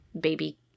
baby